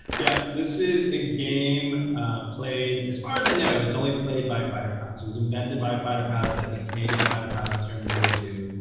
yeah, this is a game played as far as i know, it's only played by fighter pilots. it was invented by fighter pilots i think canadian fighter pilots during world war ii.